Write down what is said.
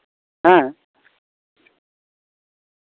ᱦᱮᱸ